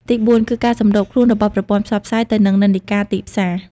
ទីបួនគឺការសម្របខ្លួនរបស់ប្រព័ន្ធផ្សព្វផ្សាយទៅនឹងនិន្នាការទីផ្សារ។